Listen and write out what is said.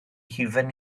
hufen